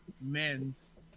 men's